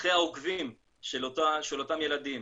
אחרי העוקבים של אותם ילדים,